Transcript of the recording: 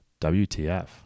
WTF